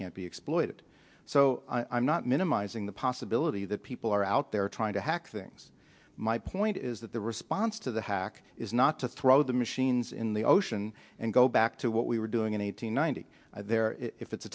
can't be exploited so i'm not minimizing the possibility that people are out there trying to hack things my point is that the response to the hack is not to throw the machines in the ocean and go back to what we were doing in eight hundred ninety there if it's a